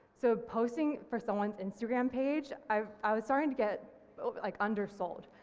so posting for someone's instagram page, i i was starting to get like undersold,